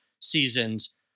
seasons